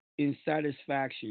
insatisfaction